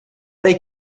they